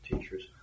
teachers